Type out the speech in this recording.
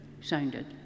sounded